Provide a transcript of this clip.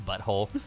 butthole